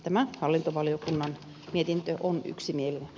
tämä hallintovaliokunnan mietintö on yksi neljä